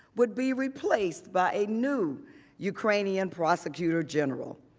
would be replaced by a new ukrainian prosecutor general.